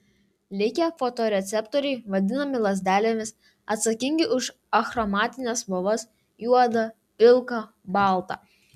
likę fotoreceptoriai vadinami lazdelėmis atsakingi už achromatines spalvas juodą pilką baltą